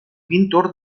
pintor